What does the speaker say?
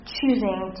choosing